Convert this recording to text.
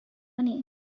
money